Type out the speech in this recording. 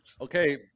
Okay